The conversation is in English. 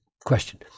question